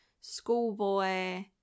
schoolboy